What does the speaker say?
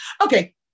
Okay